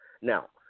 Now